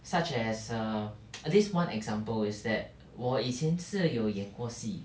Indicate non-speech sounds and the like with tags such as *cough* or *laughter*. such as err *noise* at least one example is that 我以前是有演过戏